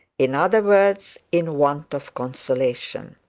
in other words, in want of consolation.